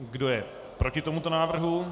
Kdo je proti tomuto návrhu?